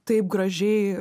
taip gražiai